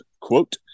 quote